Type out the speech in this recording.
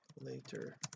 later